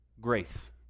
Grace